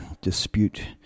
dispute